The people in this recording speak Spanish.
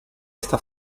esta